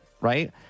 right